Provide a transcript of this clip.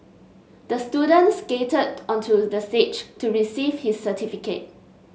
the student skated onto the stage to receive his certificate